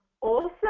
Awesome